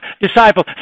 disciple